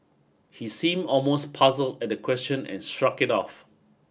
he seem almost puzzled at the question and shrugged it off